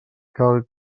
cal